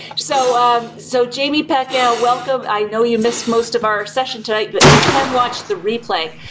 so so jamie pekka, welcome, i know you missed most of our session tonight but you can watch the replay.